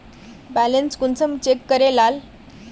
Balance कुंसम check करे लाल?